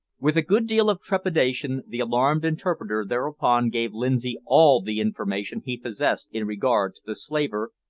with a good deal of trepidation the alarmed interpreter thereupon gave lindsay all the information he possessed in regard to the slaver,